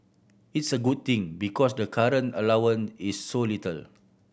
it's a good thing because the current allowance is so little